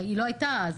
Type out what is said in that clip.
היא לא הייתה אז,